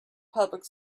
public